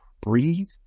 breathe